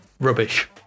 rubbish